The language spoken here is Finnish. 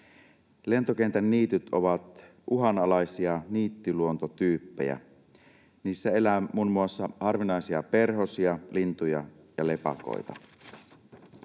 Lentokentän niityt ovat uhanalaisia niittyluontotyyppejä. Niissä elää muun muassa harvinaisia perhosia, lintuja ja lepakoita.